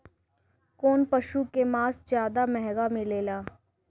कौन पशु के मांस ज्यादा महंगा मिलेला?